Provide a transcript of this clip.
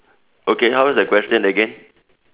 okay how is the question again